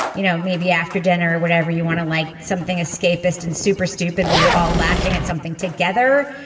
you know, maybe after dinner or whatever you want to like something escapist and super stupid. why you're all laughing at something together.